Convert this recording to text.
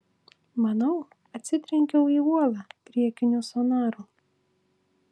manau atsitrenkiau į uolą priekiniu sonaru